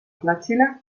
platsile